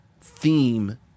theme